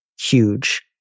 huge